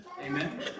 Amen